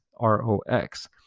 ROX